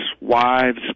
wives